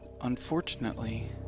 Unfortunately